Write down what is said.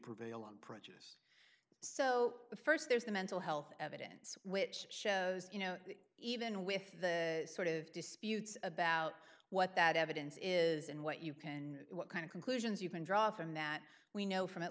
prevail approach so st there's the mental health evidence which shows you know even with the sort of disputes about what that evidence is and what you can what kind of conclusions you can draw from that we know from at